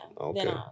Okay